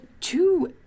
two